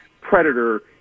predator